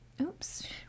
Oops